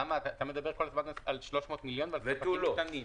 למה אתה מדבר כל הזמן על 300 מיליון ועל ספקים קטנים?